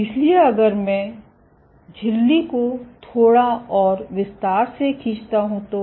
इसलिए अगर मैं झिल्ली को थोड़ा और विस्तार से खींचता हूं तो